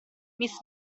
miss